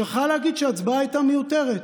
שכחה להגיד שההצבעה הייתה מיותרת.